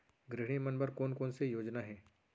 गृहिणी मन बर कोन कोन से योजना हे?